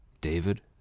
David